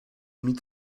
mid